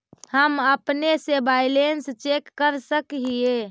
हम अपने से बैलेंस चेक कर सक हिए?